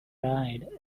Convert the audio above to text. ride